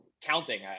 counting